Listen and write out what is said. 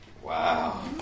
Wow